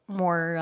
more